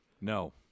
No